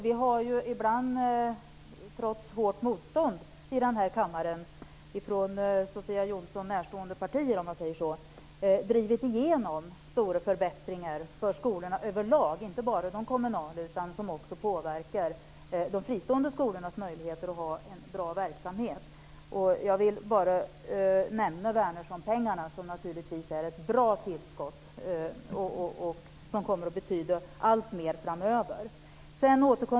Vi har ibland, trots hårt motstånd i den här kammaren från Sofia Jonsson närstående partier, drivit igenom stora förbättringar för skolorna överlag, inte bara de kommunala, som också påverkar de fristående skolornas möjligheter att ha en bra verksamhet. Jag vill bara nämna Wärnerssonpengarna som naturligtvis är ett bra tillskott och som kommer att betyda alltmer framöver.